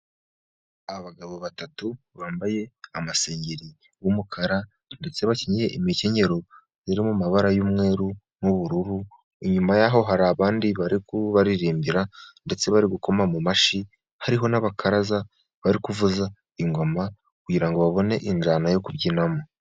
Abagabo batatu bambaye amasengeri y'umukara ndetse bakenyeye imikenyero iri mu mabara y'umweru n'ubururu. Inyuma yaho hari abandi bari kubaririmbira, ndetse bari gukoma mu mashyi, hariho n'abakaraza bari kuvuza ingoma kugira ngo babone injyana yo kubyinamo.